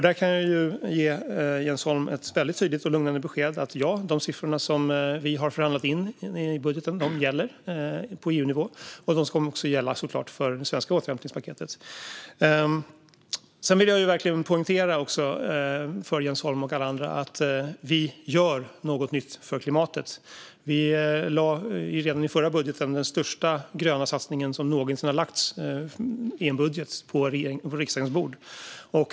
Jag kan ge Jens Holm ett tydligt och lugnande besked att de siffror vi har förhandlat in i budgeten gäller på EU-nivå, och de ska såklart också gälla för det svenska återhämtningspaketet. Jag vill verkligen poängtera för Jens Holm och alla andra att vi gör något nytt för klimatet. Vi lade redan i den förra budgeten den största gröna satsningen som någonsin har tagits med i en budget på riksdagens bord.